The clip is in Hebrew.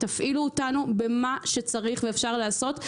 תפעילו אותנו במה שצריך ואפשר לעשות.